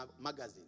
magazine